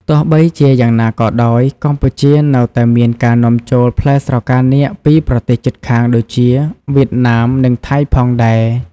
ទោះបីជាយ៉ាងណាក៏ដោយ កម្ពុជានៅតែមានការនាំចូលផ្លែស្រកានាគពីប្រទេសជិតខាងដូចជាវៀតណាម និងថៃ ផងដែរ។